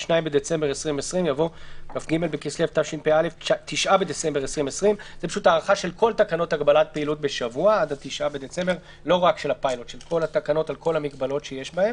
(2 בדצמבר 2020)" יבוא "כ"ג בכסלו התשפ"א (9 בדצמבר 2020);. הוספת תקנות 274. אחרי תקנה 26 לתקנות העיקריות יבוא: